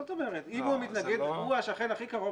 אם הוא השכן הכי קרוב